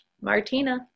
Martina